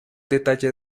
detalle